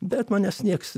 bet manęs nieks